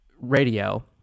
radio